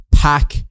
pack